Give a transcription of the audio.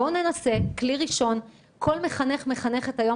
בואו ננסה כלי ראשון: כל מחנך ומחנכת היום